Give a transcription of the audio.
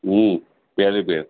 હમ પહેલી જ વહેલ